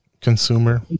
consumer